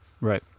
Right